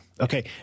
Okay